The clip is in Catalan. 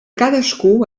cadascú